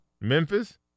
Memphis